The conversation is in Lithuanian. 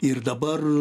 ir dabar